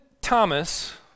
Thomas